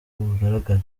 bugaragara